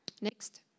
Next